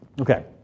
Okay